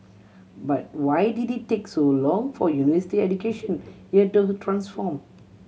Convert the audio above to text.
but why did it take so long for university education here to transform